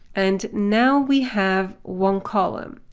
and now we have one column.